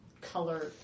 color